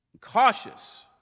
cautious